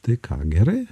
tai ką gerai